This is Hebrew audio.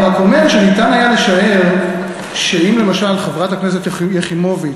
אני רק אומר שהיה אפשר לשער שאם למשל חברת הכנסת יחימוביץ